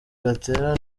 gatera